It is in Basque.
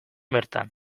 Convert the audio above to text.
bertan